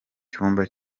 cyumba